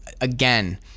again